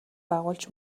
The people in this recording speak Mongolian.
байгуулж